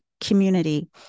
community